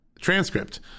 transcript